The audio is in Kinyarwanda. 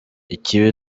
ikibi